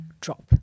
drop